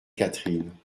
catherine